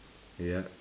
yup